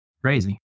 Crazy